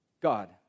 God